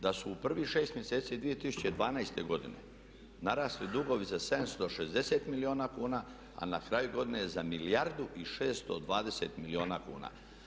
Da su u prvih 6 mjeseci 2012. godine narasli dugovi za 760 milijuna kuna a na kraju godine za milijardu i 620 milijuna kuna.